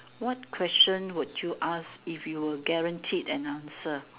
what question would you ask if you're guaranteed that answer